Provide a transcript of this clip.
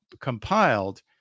compiled